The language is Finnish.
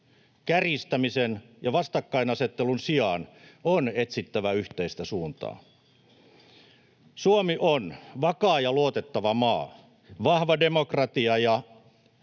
Kärjistämisen ja vastakkainasettelun sijaan on etsittävä yhteistä suuntaa. Suomi on vakaa ja luotettava maa, vahva demokratia ja